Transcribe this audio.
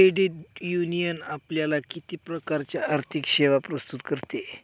Credit union आपल्याला किती प्रकारच्या आर्थिक सेवा प्रस्तुत करते?